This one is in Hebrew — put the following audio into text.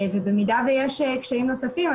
במידה שיש קשיים נוספים,